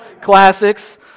classics